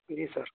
جی سر